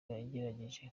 yagejeje